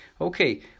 Okay